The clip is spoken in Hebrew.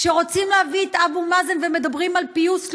כשרוצים להביא את אבו מאזן ומדברים על פיוס לאומי,